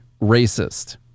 racist